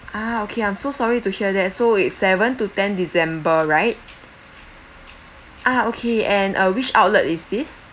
ah okay I'm so sorry to hear that so is seven to ten december right ah okay and uh which outlet is this